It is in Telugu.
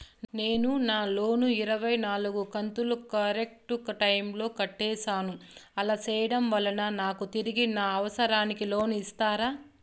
నేను నా లోను ఇరవై నాలుగు కంతులు కరెక్టు టైము లో కట్టేసాను, అలా సేయడం వలన నాకు తిరిగి నా అవసరానికి లోను ఇస్తారా?